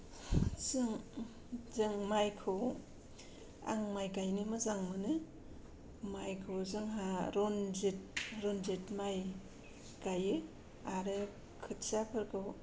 जों जों माइखौ आं माइ गायनो मोजां मोनो माइखौ जोंहा रन्जित रन्जित माइ गायो आरो खोथियाफोरखौ